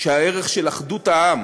שהערך של אחדות העם